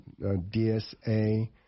DSA